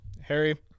Harry